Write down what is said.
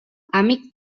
amic